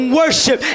worship